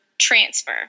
transfer